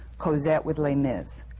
cosette with les miz.